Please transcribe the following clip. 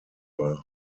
war